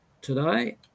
today